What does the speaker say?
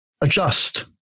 adjust